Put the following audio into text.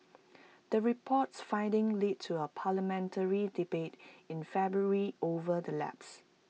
the report's findings led to A parliamentary debate in February over the lapses